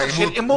עימות.